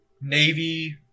navy